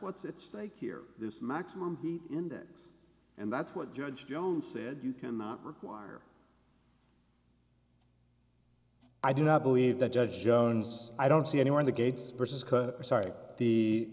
what's at stake here the maximum heat index and that's what judge jones said you can not require i do not believe that judge jones i don't see anywhere in the gates or sorry the